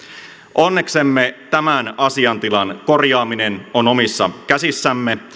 onneksemme tämän asiantilan korjaaminen on omissa käsissämme